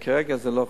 שכרגע זה לא חתום.